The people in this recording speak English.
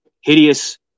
hideous